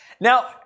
Now